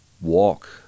walk